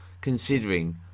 considering